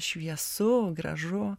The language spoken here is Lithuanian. šviesu gražu